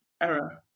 error